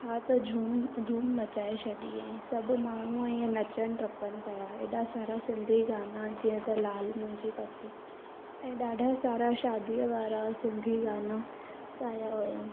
छा त झूम धूम मचाए छॾी हुआईं सभु माण्हू ईअं नचनि टपनि पिया एॾा सारा सिंधी गाना जीअं त लाल मुंहिंजी पति ऐं ॾाढा सारा शादीअ वारा सिंधी गाना ॻाया हुआईं